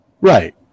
Right